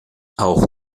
auch